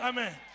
Amen